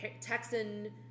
Texan